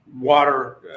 water